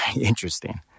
interesting